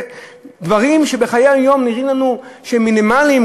דברים שבחיי היום-יום נראים לנו מינימליים,